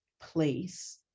place